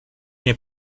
nie